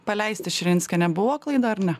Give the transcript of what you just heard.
paleisti širinskienę buvo klaida ar ne